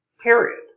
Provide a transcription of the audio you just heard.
Period